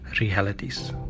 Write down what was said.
realities